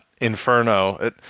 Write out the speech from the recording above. Inferno